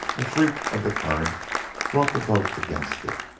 a freak of the current brought the boat against it.